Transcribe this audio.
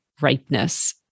ripeness